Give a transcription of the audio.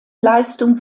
leistung